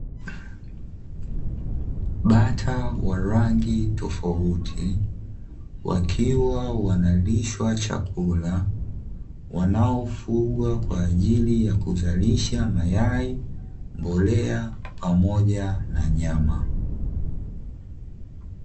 Bata wa rangi tofauti wakiwa wanalishwa chakula. Wanaofugwa kwa ajili ya kuzalisha mayai, mbolea pamoja na nyama.